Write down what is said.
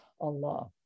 Allah